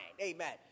Amen